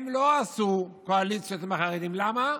הם לא עשו קואליציות עם החרדים, למה?